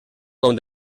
com